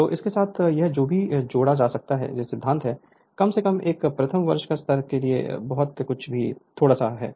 तो इस के साथ यह जो भी थोड़ा सा सिद्धांत है कम से कम एक प्रथम वर्ष का स्तर है जो कुछ भी थोड़ा सा है